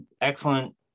excellent